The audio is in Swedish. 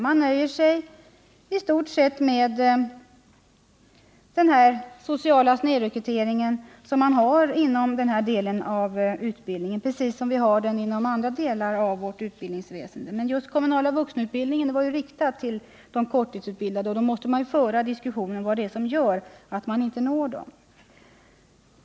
Man nöjer sig i stort sett med att acceptera den sociala snedrekrytering som finns inom denna del av utbildningsområdet precis som inom andra delar av vårt utbildningsväsendemen den kommunala vuxenutbildningen riktades ju just till de korttidsutbildade, och då måste man naturligtvis diskutera vad det är som gör att man inte når dem.